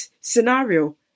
scenario